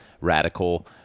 Radical